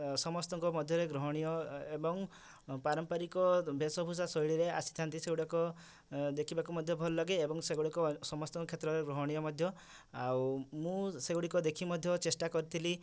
ସମସ୍ତଙ୍କ ମଧ୍ୟରେ ଗ୍ରହଣୀୟ ଏବଂ ପାରମ୍ପାରିକ ବେଶଭୁଷା ଶୈଳୀରେ ଆସିଥାଆନ୍ତି ସେଗୁଡ଼ାକ ଦେଖିବାକୁ ମଧ୍ୟ ଭଲ ଲାଗେ ଏବଂ ସେଗୁଡ଼ିକ ସମସ୍ତଙ୍କ କ୍ଷେତ୍ରରେ ଗ୍ରହଣୀୟ ମଧ୍ୟ ଆଉ ମୁଁ ସେଗୁଡ଼ିକ ଦେଖି ମଧ୍ୟ ଚେଷ୍ଟା କରିଥିଲି